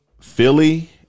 Philly